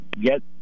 get